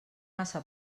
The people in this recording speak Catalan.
massa